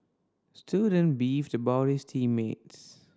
student beefed about his team mates